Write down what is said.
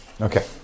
Okay